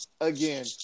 again